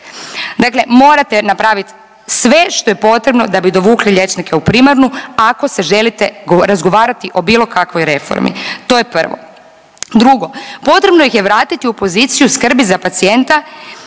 Dakle, morate napraviti sve što je potrebno da bi dovukli liječnike u primarnu ako se želite razgovarati o bilo kakvoj reformi. To je prvo. Drugo potrebno ih je vratiti u poziciju skrbi za pacijenta